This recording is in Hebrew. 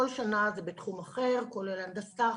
כל שנה זה בתחום אחר כולל הנדסה,